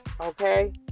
okay